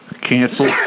cancel